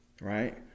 right